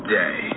day